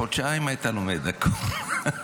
חודשיים היית לומד הכול.